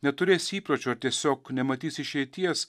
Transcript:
neturės įpročio tiesiog nematys išeities